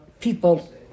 people